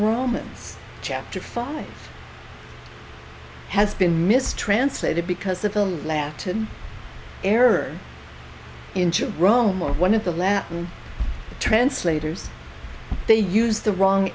romans chapter five has been mistranslated because of them laugh to error into rome or one of the latin translators they use the wrong